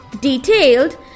detailed